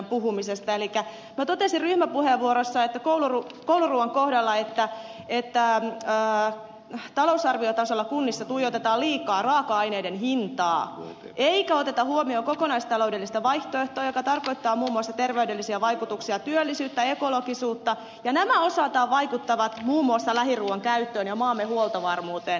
elikkä minä totesin ryhmäpuheenvuorossa kouluruuan kohdalla että talousarviotasolla kunnissa tuijotetaan liikaa raaka aineiden hintaa eikä oteta huomioon kokonaistaloudellista vaihtoehtoa joka tarkoittaa muun muassa terveydellisiä vaikutuksia työllisyyttä ekologisuutta ja nämä osaltaan vaikuttavat muun muassa lähiruuan käyttöön ja maamme huoltovarmuuteen